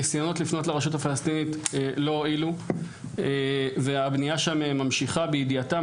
ניסיונות לפנות לרשות הפלסטינית לא הועילו והבנייה שם ממשיכה בידיעתם,